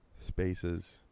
spaces